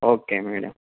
okay madam